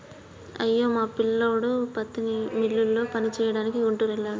అయ్యో మా పిల్లోడు పత్తి మిల్లులో పనిచేయడానికి గుంటూరు వెళ్ళాడు